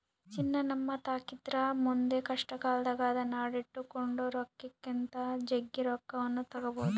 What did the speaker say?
ಚಿನ್ನ ನಮ್ಮತಾಕಿದ್ರ ಮುಂದೆ ಕಷ್ಟಕಾಲದಾಗ ಅದ್ನ ಅಡಿಟ್ಟು ಕೊಂಡ ರೊಕ್ಕಕ್ಕಿಂತ ಜಗ್ಗಿ ರೊಕ್ಕವನ್ನು ತಗಬೊದು